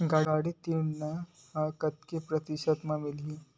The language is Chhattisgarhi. गाड़ी ऋण ह कतेक प्रतिशत म मिलही?